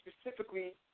specifically